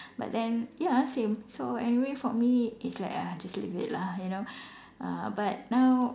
but then ya same so anyway for me it's like ah just leave it lah you know uh but now